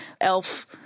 elf